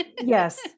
Yes